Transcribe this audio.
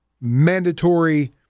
mandatory